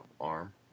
arm